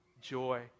joy